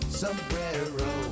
sombrero